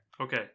Okay